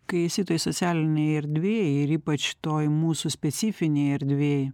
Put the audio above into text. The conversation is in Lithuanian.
kai esi toj socialinėj erdvėj ir ypač toj mūsų specifinėj erdvėj